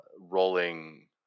Rolling